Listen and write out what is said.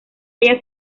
haya